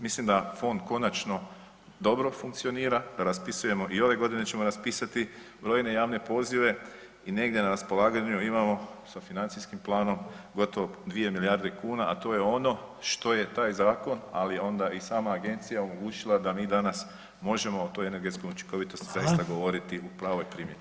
Mislim da fond konačno dobro funkcionira, da raspisujemo i ove godine ćemo raspisati brojne javne pozive i negdje na raspolaganju imamo sa financijskim planom gotovo dvije milijarde kuna, a to je ono što je taj zakon, ali onda i sama agencija omogućila da mi danas možemo o toj energetskoj učinkovitosti zaista govoriti [[Upadica: Hvala]] u pravoj primjeni.